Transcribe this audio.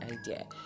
idea